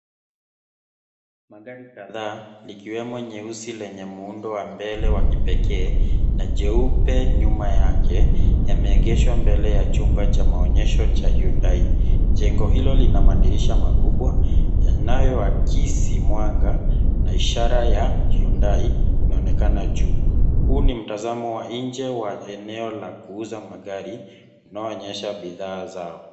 Magari kadhaa, likiwemo nyeusi lenye muundo wa mbele wa kipekee na jeupe nyuma yake ,yameegeshwa mbele ya chumba cha maonyesho cha hyundai. Jengo hilo lina madirisha makubwa, yanayoakisi mwanga na ishara ya hyundai inaonekana juu. Huu ni mtazamo wa nje wa eneo la kuuza magari, inayoonyesha bidhaa zao.